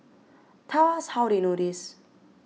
tell us how they know this